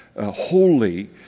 holy